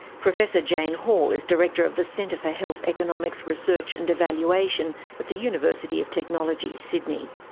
professor jane hall is director of the centre for health economics research and evaluation at the university of technology, sydney.